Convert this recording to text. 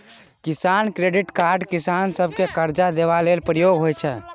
किसान credit card किसान सभकेँ करजा देबा लेल प्रयोग होइ छै